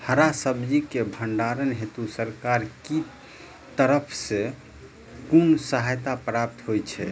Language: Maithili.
हरा सब्जी केँ भण्डारण हेतु सरकार की तरफ सँ कुन सहायता प्राप्त होइ छै?